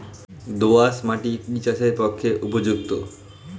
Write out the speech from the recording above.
দোআঁশ মাটি কি চাষের পক্ষে উপযুক্ত?